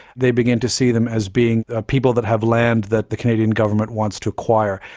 they begin to see them as being ah people that have land that the canadian government wants to acquire.